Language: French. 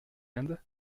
end